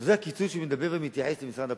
זה הקיצוץ שמדבר ומתייחס למשרד הפנים.